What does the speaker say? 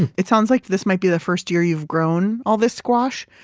it sounds like this might be the first year you've grown all this squash.